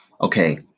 Okay